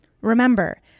Remember